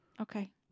Okay